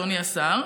אדוני השר,